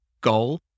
goal